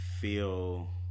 feel